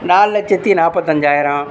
நாலு லட்சத்தி நாற்பத்தஞ்சாயரம்